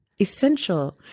essential